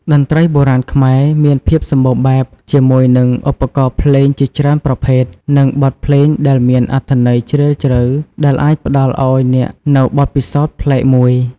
តន្ត្រីបុរាណខ្មែរ មានភាពសម្បូរបែបជាមួយនឹង ឧបករណ៍ភ្លេងជាច្រើនប្រភេទ និងបទភ្លេងដែលមានអត្ថន័យជ្រាលជ្រៅ ដែលអាចផ្ដល់ឱ្យអ្នកនូវបទពិសោធន៍ប្លែកមួយ។